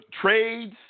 trades